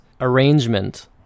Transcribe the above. arrangement